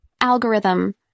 Algorithm